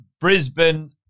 Brisbane